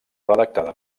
redactada